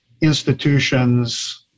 institutions